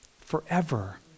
forever